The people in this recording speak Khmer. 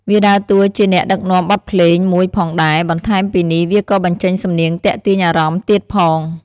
វាដើរតួជាអ្នកដឹកនាំបទភ្លេងមួយផងដែរ បន្ថែមពីនេះវាក៏បញ្ចេញសំនៀងទាក់ទាញអារម្មណ៍ទៀតផង។